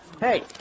Hey